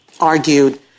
argued